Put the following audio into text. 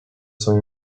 sau